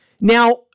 Now